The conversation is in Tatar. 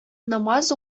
намаз